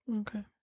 Okay